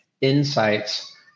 insights